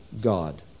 God